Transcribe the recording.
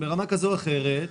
ברמה כזו או אחרת,